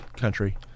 country